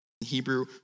Hebrew